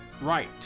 right